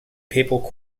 papal